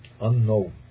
unknown